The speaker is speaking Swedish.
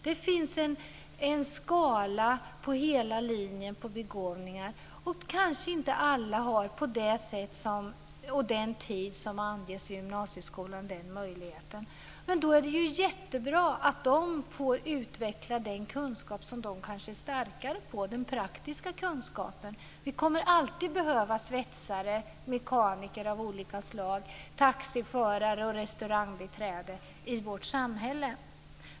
Det finns en skala över hela linjen av begåvningar. Kanske inte alla har möjlighet och tid på det sätt som anges i gymnasieskolan. Men då är det jättebra om de får utveckla den kunskap som de kanske är starkare på, den praktiska kunskapen. Vi kommer alltid att behöva svetsare, mekaniker av olika slag, taxiförare och restaurangbiträden i vårt samhälle.